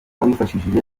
wifashishije